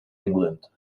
england